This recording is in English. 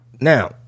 Now